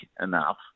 enough